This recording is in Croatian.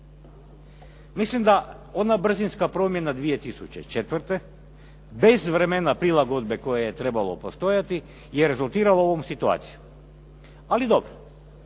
Mislim da ona brzinska promjena 2004. bez vremena prilagodbe koje je trebalo postojati je rezultiralo ovom situacijom. Ali dobro.